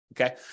Okay